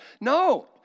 No